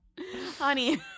Honey